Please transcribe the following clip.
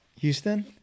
Houston